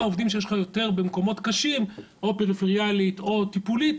עובדים שיש לך יותר במקומות קשים או פריפריאלית או טיפולית,